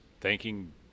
thanking